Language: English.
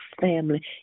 family